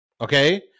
okay